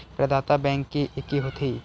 प्रदाता बैंक के एके होथे?